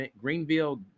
Greenville